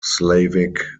slavic